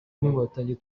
n’inkotanyi